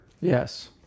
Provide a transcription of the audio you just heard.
yes